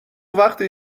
وقتی